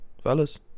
fellas